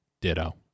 Ditto